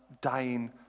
dying